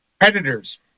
predators